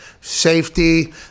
safety